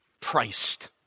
priced